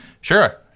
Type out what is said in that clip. sure